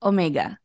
Omega